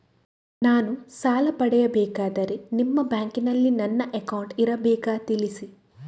ನಾನು ಸಾಲ ಪಡೆಯಬೇಕಾದರೆ ನಿಮ್ಮ ಬ್ಯಾಂಕಿನಲ್ಲಿ ನನ್ನ ಅಕೌಂಟ್ ಇರಬೇಕಾ ತಿಳಿಸಿ?